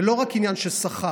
זה לא רק עניין של שכר,